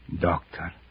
Doctor